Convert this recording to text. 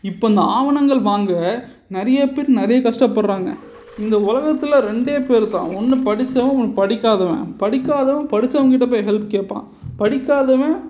இப்போ இந்த ஆவணங்கள் வாங்க நிறையா பேர் நிறையா கஷ்டப்படுகிறாங்க இந்த உலகத்துல ரெண்டே பேருதான் ஒன்று படித்தவன் ஒன்று படிக்காதவன் படிக்காதவன் படித்தவன்கிட்ட போய் ஹெல்ப் கேட்பான் படிக்காதவன்